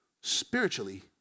Spiritually